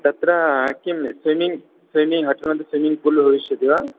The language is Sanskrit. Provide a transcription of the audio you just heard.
तत्र किं स्विमिङ्ग् स्विमिङ्ग् होटेल्मध्ये स्विमिङ्ग्पूल् भविष्यति वा